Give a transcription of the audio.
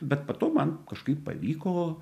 bet po to man kažkaip pavyko